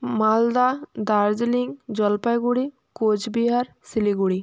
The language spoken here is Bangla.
মালদা দার্জিলিং জলপাইগুড়ি কোচবিহার শিলিগুড়ি